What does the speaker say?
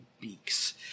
beaks